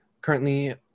currently